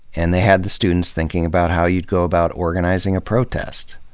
and they had the students thinking about how you'd go about organizing a protest.